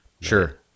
Sure